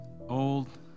old